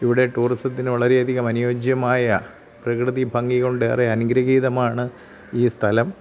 ഇവിടെ ടൂറിസത്തിന് വളരെയധികം അനുയോജ്യമായ പ്രകൃതി ഭംഗി കൊണ്ട് ഏറെ അനുഗൃഹീതമാണ് ഈ സ്ഥലം